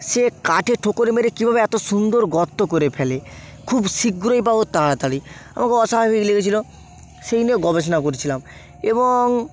সে কাঠে ঠোকর মেরে কীভাবে এত সুন্দর গর্ত করে ফেলে খুব শীগ্রই বা ও তাড়াতাড়ি আমাকে অস্বাভাবিক লেগেছিলো সেই নিয়ে গবেষণা করছিলাম এবং